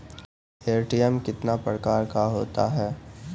ATM कितने प्रकार का होता हैं?